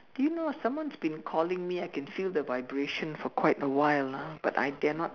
do you know someone's been calling me I can feel the vibration for quite a while ah but I dare not